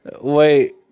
Wait